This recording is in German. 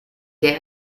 der